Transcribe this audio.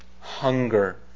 hunger